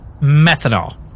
methanol